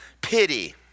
Pity